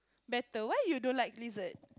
better why you don't like lizard